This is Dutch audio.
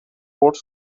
woord